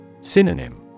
Synonym